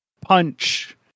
punch